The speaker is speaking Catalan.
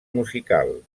musical